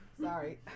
Sorry